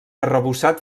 arrebossat